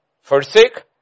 forsake